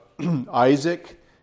Isaac